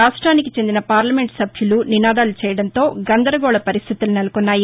రాష్ట్రానికి చెందిన పార్లమెంట్ సభ్యులు నినాధాలు చేయడంతో గందరగోళ పరిస్ణితులు నెలకొన్నాయి